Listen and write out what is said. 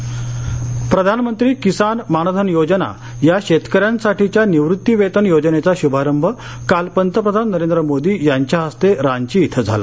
किसान मानधन प्रधानमंत्री किसान मानधन योजना या शेतकऱ्यांसाठीच्या निवृत्ती वेतन योजनेचा शूभारंभ काल पंतप्रधान नरेंद्र मोदी यांच्या हस्ते रांची इथं झाला